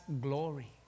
glory